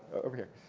over here.